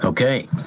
Okay